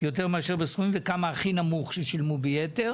וכמה הכי נמוך ששילמו ביתר?